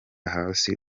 hasi